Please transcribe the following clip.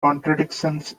contradictions